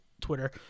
Twitter